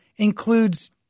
includes